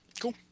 Cool